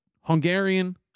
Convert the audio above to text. Hungarian